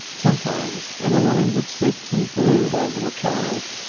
sometimes emmeline would sit and brood over the child,